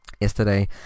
Yesterday